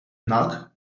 nach